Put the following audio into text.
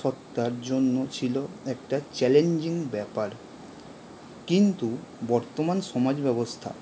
সত্তার জন্য ছিল একটা চ্যালেঞ্জিং ব্যাপার কিন্তু বর্তমান সমাজব্যবস্থা